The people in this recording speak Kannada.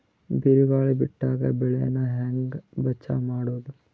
ಬಿರುಗಾಳಿ ಬಿಟ್ಟಾಗ ಬೆಳಿ ನಾ ಹೆಂಗ ಬಚಾವ್ ಮಾಡೊದು?